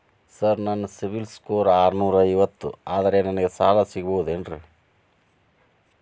ನನ್ನ CIBIL score ಆರನೂರ ಐವತ್ತು ಅದರೇ ನನಗೆ ಸಾಲ ಸಿಗಬಹುದೇನ್ರಿ?